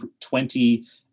20